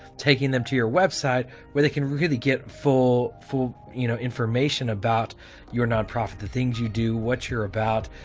taking them to your website where they can really get full full you know information about your nonprofit. the things you do, what you're about,